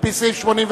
על-פי סעיף 88(ז).